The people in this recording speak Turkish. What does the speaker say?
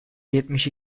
yetmiş